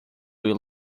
will